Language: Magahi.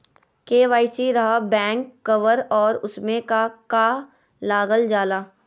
के.वाई.सी रहा बैक कवर और उसमें का का लागल जाला?